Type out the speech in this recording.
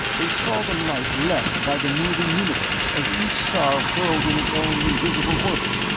they saw the light left by the moving universe as each star hurled in its own invisible orbit,